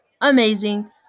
amazing